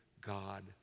God